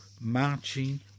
marching